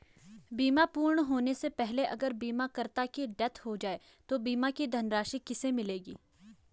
बीमा पूर्ण होने से पहले अगर बीमा करता की डेथ हो जाए तो बीमा की धनराशि किसे मिलेगी?